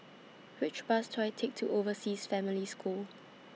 Which Bus should I Take to Overseas Family School